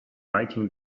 lighting